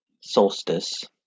solstice